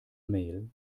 mail